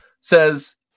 says